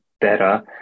better